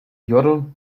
yodel